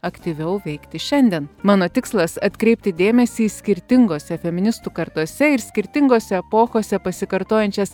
aktyviau veikti šiandien mano tikslas atkreipti dėmesį į skirtingose feministų kartose ir skirtingose epochose pasikartojančias